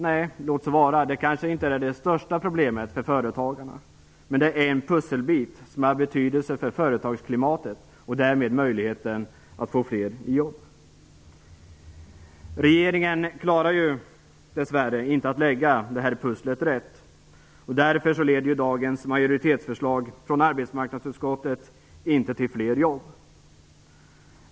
Nej, låt vara att det kanske inte är det största problemet för företagarna, men det är en pusselbit som har betydelse för företagsklimatet och därmed möjligheterna att få fler i jobb. Regeringen klarar dessvärre inte att lägga det här pusslet rätt, och därför leder dagens majoritetsförslag från arbetsmarknadsutskottet inte till fler jobb.